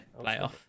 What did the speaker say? playoff